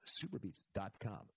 superbeats.com